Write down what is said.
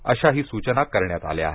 अशाही सूचना करण्यात आल्या आहेत